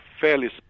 fairly